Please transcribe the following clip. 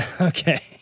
Okay